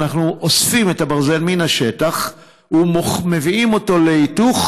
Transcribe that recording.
אנחנו אוספים את הברזל מן השטח ומביאים אותו להיתוך,